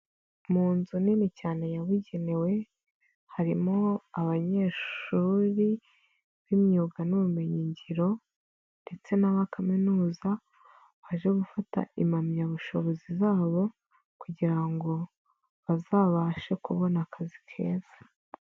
Mu nzu nini cyane yabugenewe, harimo abanyeshuri b'imyuga n'ubumenyingiro ndetse na kaminuza, baje gufata impamyabushobozi zabo kugira ngo bazabashe kubona akazi keza.